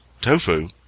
tofu